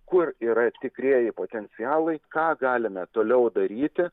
kur yra tikrieji potencialai ką galime toliau daryti